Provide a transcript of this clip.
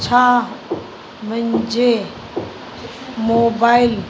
छा मुंहिंजे मोबाइल